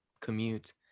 commute